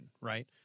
right